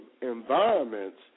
environments